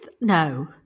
No